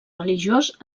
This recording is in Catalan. religiós